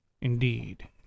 indeed